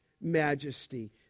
majesty